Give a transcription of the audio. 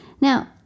Now